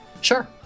Sure